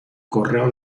correo